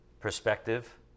perspective